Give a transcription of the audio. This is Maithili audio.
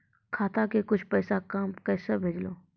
खाता के कुछ पैसा काम कैसा भेलौ?